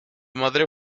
madre